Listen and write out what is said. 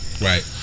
Right